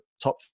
top